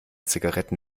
zigaretten